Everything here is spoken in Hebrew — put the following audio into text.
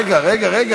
מכובדי היושב-ראש,